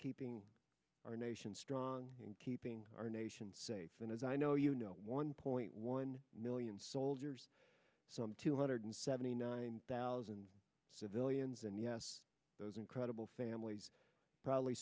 keeping our nation strong and keeping our nation safe and as i know you know one point one million soldiers some two hundred seventy nine thousand civilians and yes those incredible families probably